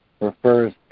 refers